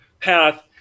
path